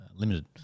limited